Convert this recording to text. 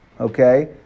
Okay